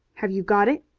have you got it?